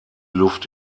luft